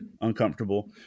uncomfortable